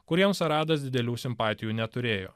kuriems aradas didelių simpatijų neturėjo